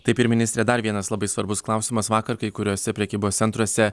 taip ir ministre dar vienas labai svarbus klausimas vakar kai kuriuose prekybos centruose